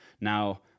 Now